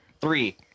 Three